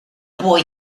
boy